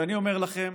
ואני אומר לכם